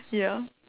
ya